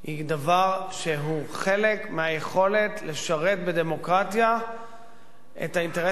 היא דבר שהוא חלק מהיכולת לשרת בדמוקרטיה את האינטרסים